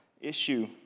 issue